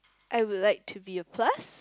I will like to be a plus